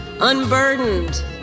unburdened